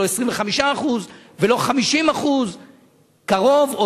לא 25% ולא 50% קרוב,